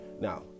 now